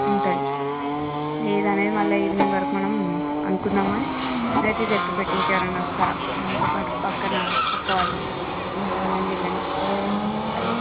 ఉంటుంది ఏది అనేది మళ్ళీ మనం ఈవినింగ్ వరకు మనం అనుకున్నామా నైట్కి చెప్పి పెట్టు ఇంకెవరన్నా వస్తారా మనతోపాటు పక్కన పక్కవాళ్ళు వాళ్ళని వీళ్ళని అడుగు